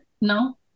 No